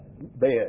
bed